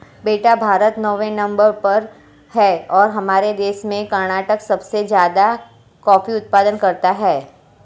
बेटा भारत नौवें नंबर पर है और हमारे देश में कर्नाटक सबसे ज्यादा कॉफी उत्पादन करता है